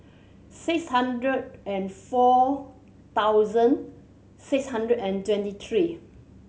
six hundred and four thousand six hundred and twenty three